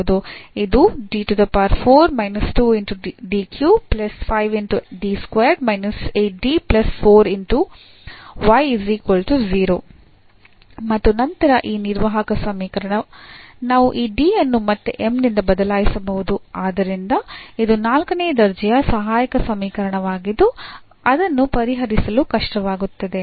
ಇದು ಮತ್ತು ನಂತರ ಈ ನಿರ್ವಾಹಕ ಸಮೀಕರಣ ನಾವು ಈ D ಅನ್ನು ಮತ್ತೆ m ನಿಂದ ಬದಲಾಯಿಸಬಹುದು ಆದ್ದರಿಂದ ಇದು ನಾಲ್ಕನೇ ದರ್ಜೆಯ ಸಹಾಯಕ ಸಮೀಕರಣವಾಗಿದ್ದು ಅದನ್ನು ಪರಿಹರಿಸಲು ಕಷ್ಟವಾಗುತ್ತದೆ